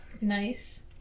Nice